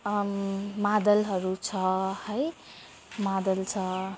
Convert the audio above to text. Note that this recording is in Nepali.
मादलहरू छ है मादल छ